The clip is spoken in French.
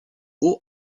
haut